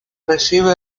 recibe